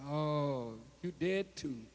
oh you did to